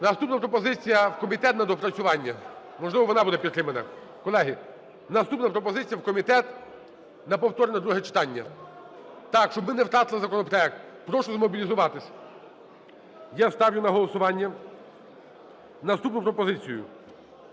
Наступна пропозиція: в комітет на доопрацювання. Можливо, вона буде підтримана. Колеги, наступна пропозиція: в комітет на повторне друге читання. Так, щоб ми не втратили законопроект. Прошузмобілізуватись. Я ставлю на голосування наступну пропозицію: